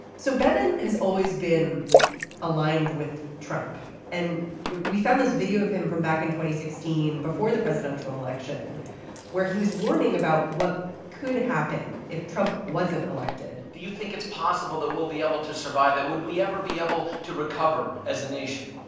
so bevin has always been aligned with trump. and we found this video of him from back in two sixteen before the presidential election where he was warning about what could happen if trump wasn't elected do you think it's possible that we'll be able to survive that would we ever be able to recover as a nation.